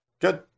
Good